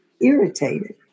irritated